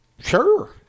sure